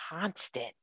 constant